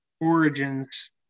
origins